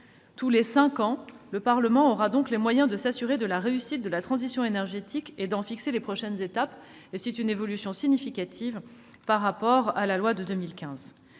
Tous les cinq ans, le Parlement aura les moyens de s'assurer de la réussite de la transition énergétique et d'en fixer les prochaines étapes. C'est une évolution significative par rapport à la loi de 2015.